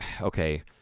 Okay